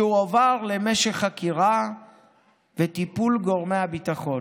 והוא הועבר להמשך חקירה לטיפול גורמי הביטחון.